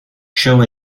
cho